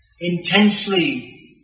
intensely